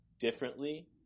differently